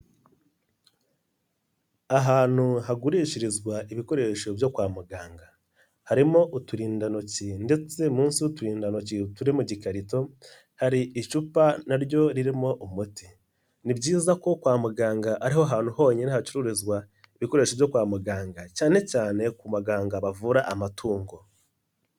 hantu hagurishirizwa ibikoresho byo kwa muganga, harimo uturindantoki ndetse munsi y'uturindantoki turi mu gikarito hari icupa naryo ririmo umuti, ni byiza ko kwa muganga ariho hantu honyine hacuruzwa ibikoresho byo kwa muganga cyane cyane ku baganga bavura amatungo.